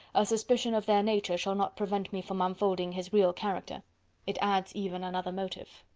a suspicion of their nature shall not prevent me from unfolding his real character it adds even another motive.